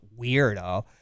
weirdo